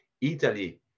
Italy